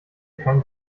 kein